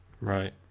Right